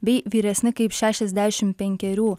bei vyresni kaip šešiasdešimt penkerių